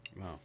Wow